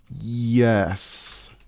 Yes